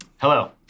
Hello